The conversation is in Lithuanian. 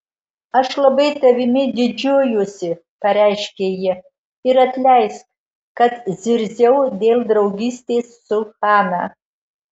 aš labai tavimi didžiuojuosi pareiškė ji ir atleisk kad zirziau dėl draugystės su hana